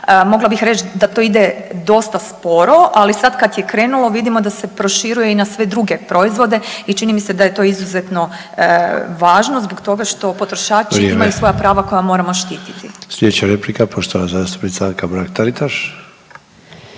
Mogla bih reći da to ide dota sporo, ali sada kad je krenulo vidimo da se proširuje i na sve druge proizvode i čini mi se da je to izuzetno važno zbog toga što potrošači imaju svoja prava koja moramo štititi. **Sanader, Ante (HDZ)** Vrijeme. Sljedeća replika poštovana zastupnica Anka Mrak Taritaš.